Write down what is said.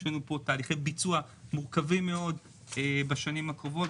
יש לנו פה תהליכי ביצוע מורכבים מאוד בשנים הקרובות,